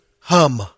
Hum